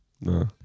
No